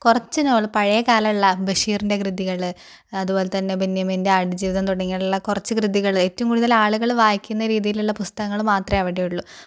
കുറച്ച് നോവൽ പഴയ കാലമുള്ള ബഷീറിൻ്റെ കൃതികള് അതുപോലെത്തന്നെ ബെന്യാമിൻ്റെ ആടുജീവിതം തുടങ്ങിയിട്ട് ഉള്ള കുറച്ച് കൃതികള് ഏറ്റവും കൂടുതല് ആളുകള് വായിക്കുന്ന രീതിയിലുള്ള പുസ്തങ്ങൾ മാത്രമേ അവിടെ ഉള്ളു